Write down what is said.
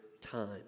time